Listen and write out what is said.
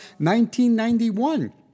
1991